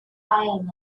ireland